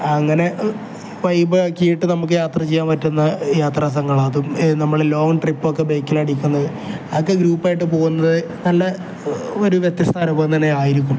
അങ്ങനെ വൈബ് ആക്കിയിട്ട് നമുക്ക് യാത്ര ചെയ്യാൻ പറ്റുന്ന യാത്രാ സംഘങ്ങൾ അതും നമ്മൾ ലോങ്ങ് ട്രിപ്പ് ഒക്കെ ബേക്കിൽ ഓടിക്കുന്നത് അതൊക്കെ ഗ്രൂപ്പ് ആയിട്ട് പോകുന്നത് നല്ല ഒരു വ്യത്യസ്ത അനുഭവം തന്നെ ആയിരിക്കും